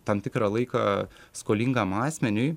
tam tikrą laiką skolingam asmeniui